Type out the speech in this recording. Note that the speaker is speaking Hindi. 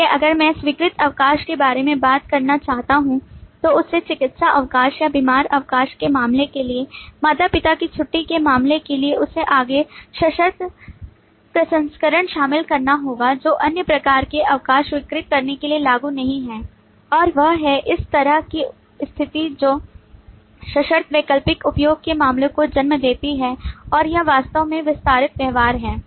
इसलिए अगर मैं स्वीकृत अवकाश के बारे में बात करना चाहता हूं तो उसे चिकित्सा अवकाश या बीमार अवकाश के मामले के लिए माता पिता की छुट्टी के मामले के लिए इसे आगे सशर्त प्रसंस्करण शामिल करना होगा जो अन्य प्रकार के अवकाश स्वीकृत करने के लिए लागू नहीं है और वह है इस तरह की स्थिति जो सशर्त वैकल्पिक उपयोग के मामलों को जन्म देती है और यह वास्तव में विस्तारित व्यवहार है